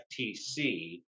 FTC